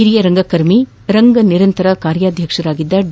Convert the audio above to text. ಹಿರಿಯ ರಂಗಕರ್ಮಿ ರಂಗ ನಿರಂತರ ಕಾರ್ಯಾಧ್ಯಕ್ಷರಾಗಿದ್ದ ಡಿ